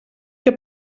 que